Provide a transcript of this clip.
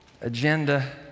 agenda